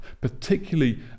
particularly